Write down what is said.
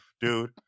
Dude